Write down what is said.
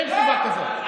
אין חובה כזאת.